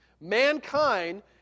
Mankind